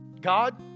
God